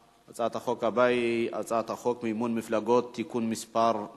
הצעת חוק הרשות הלאומית למלחמה בסמים (תיקון מס' 3)